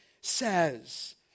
says